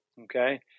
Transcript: okay